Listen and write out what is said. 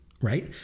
right